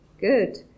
good